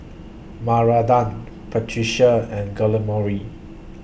Maranda and Guillermo